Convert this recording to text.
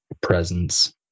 presence